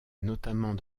notamment